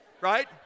right